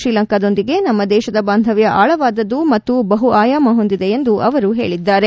ಶ್ರೀಲಂಕಾದೊಂದಿಗೆ ನಮ್ನ ದೇಶದ ಬಾಂಧವ್ತ ಆಳವಾದದ್ದು ಮತ್ತು ಬಹು ಆಯಾಮ ಹೊಂದಿದೆ ಎಂದು ಅವರು ಹೇಳಿದ್ದಾರೆ